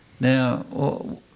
Now